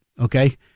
Okay